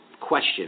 question